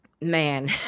Man